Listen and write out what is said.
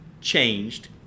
changed